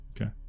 Okay